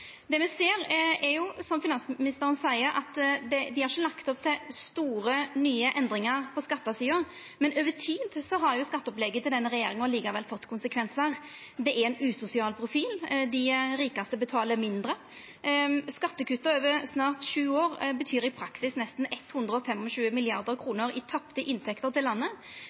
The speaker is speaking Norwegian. Det me ser, er, som finansministeren seier, at dei ikkje har lagt opp til store, nye endringar på skattesida, men over tid har skatteopplegget til denne regjeringa likevel fått konsekvensar. Det er ein usosial profil der dei rikaste betalar mindre. Skattekutta over snart sju år betyr i praksis nesten 125 mrd. kr i tapte inntekter til landet.